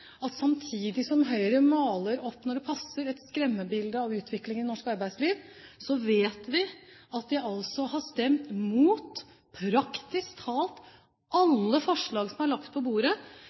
passer, et skremmebilde av utviklingen i norsk arbeidsliv, så vet vi at de har stemt imot praktisk talt alle forslag som er lagt på bordet